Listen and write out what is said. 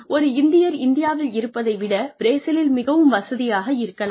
ஒரு இந்தியர் இந்தியாவில் இருப்பதை விடப் பிரேசிலில் மிகவும் வசதியாக இருக்கலாம்